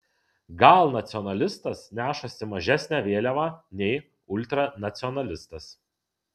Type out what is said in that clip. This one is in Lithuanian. gal nacionalistas nešasi mažesnę vėliavą nei ultranacionalistas